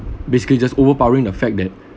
basically just overpowering the fact that